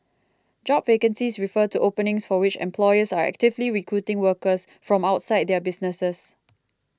job vacancies refer to openings for which employers are actively recruiting workers from outside their businesses